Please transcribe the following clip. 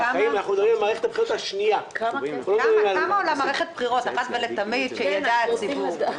כמה עולה מערכת בחירות אחת ולתמיד, שיידע הציבור.